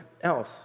else